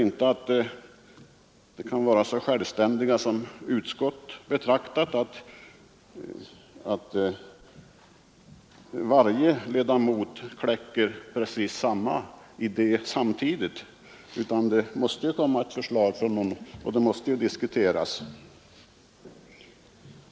Ledamöterna kan ju inte kläcka precis samma idé samtidigt, utan ett förslag måste komma ifrån någon, och det skall sedan diskuteras.